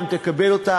ואם תקבל אותה,